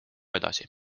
edasi